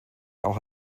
auch